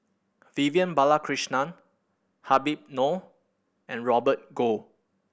Vivian Balakrishnan Habib Noh and Robert Goh